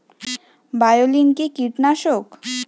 বায়োলিন কি কীটনাশক?